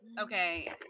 okay